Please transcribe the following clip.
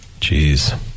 Jeez